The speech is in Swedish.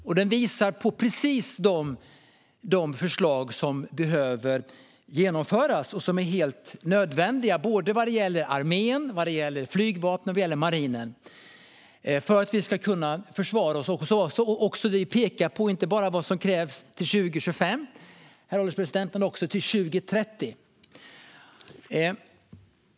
Rapporten visar på precis de förslag som behöver genomföras och som är helt nödvändiga vad gäller såväl armén som flygvapnet och marinen för att vi ska kunna försvara oss. Vi pekar på vad som krävs inte bara till 2025, herr ålderspresident, utan också till 2030.